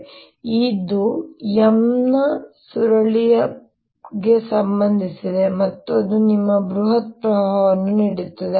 ಆದ್ದರಿಂದ ಇದು M ನ ಸುರುಳಿಗೆ ಸಂಬಂಧಿಸಿದೆ ಮತ್ತು ಅದು ನಿಮಗೆ ಬೃಹತ್ ಪ್ರವಾಹವನ್ನು ನೀಡುತ್ತದೆ